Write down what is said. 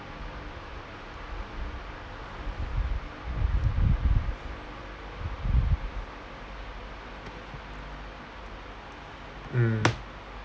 mm